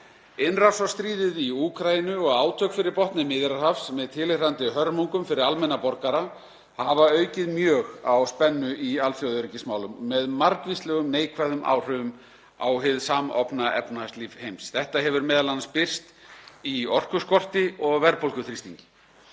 Innrásarstríðið í Úkraínu og átök fyrir botni Miðjarðarhafs með tilheyrandi hörmungum fyrir almenna borgara hafa aukið mjög á spennu í alþjóðaöryggismálum með margvíslegum neikvæðum áhrifum á hið samofna efnahagslíf heims. Þetta hefur m.a. birst í orkuskorti og verðbólguþrýstingi.